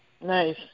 Nice